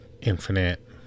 Infinite